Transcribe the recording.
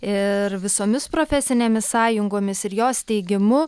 ir visomis profesinėmis sąjungomis ir jos teigimu